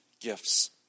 gifts